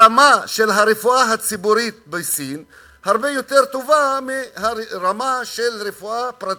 הרמה של הרפואה הציבורית בסין הרבה יותר טובה מהרמה של הרפואה הפרטית,